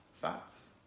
fats